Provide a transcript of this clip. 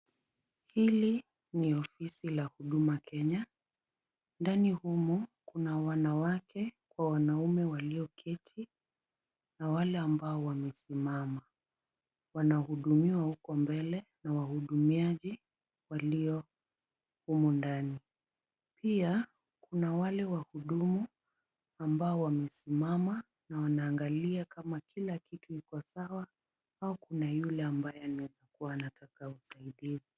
Hili ni ofisi la Huduma Kenya. Ndani humu, kuna wanawake kwa wanaume walioketi na wale ambao wamesimama. Wanahudumiwa huko mbele na wahudumiaji walio humu ndani. Pia, kuna wale wahudumu ambao wamesimama na wanaangalia kama kila kitu iko sawa au kuna yule ambaye alikuwa anataka usaidizi.